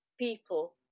people